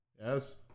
Yes